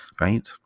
right